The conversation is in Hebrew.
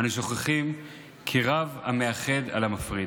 אנו שוכחים כי רב המאחד על המפריד.